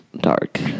dark